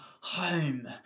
home